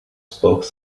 spoke